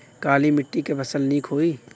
काली मिट्टी क फसल नीक होई?